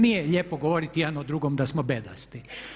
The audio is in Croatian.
Nije lijepo govoriti jedan o drugom da smo bedasti.